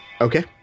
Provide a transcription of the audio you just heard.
Okay